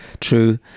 True